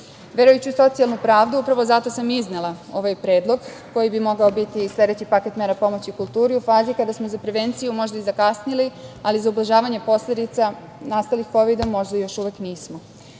socijalnu pravdu upravo zato sam i iznela ovaj predlog koji bi mogao biti sledeći paket mera pomoći kulturi u fazi kada smo za prevenciju možda i zakasnili, ali za ublažavanje posledica nastalih kovidom, možda još uvek nismo.